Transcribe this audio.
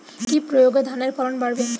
কি প্রয়গে ধানের ফলন বাড়বে?